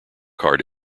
card